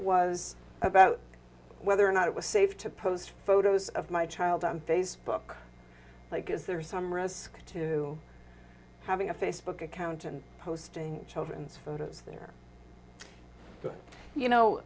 was about whether or not it was safe to post photos of my child on facebook like is there some risk to having a facebook account and posting children's photos there you